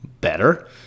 better